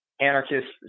anarchists